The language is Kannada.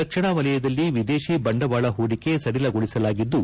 ರಕ್ಷಣಾ ವಲಯದಲ್ಲಿ ವಿದೇಶಿ ಬಂಡವಾಳ ಹೂಡಿಕೆ ಸಡಿಲಗೊಳಿಸಲಾಗಿದ್ದು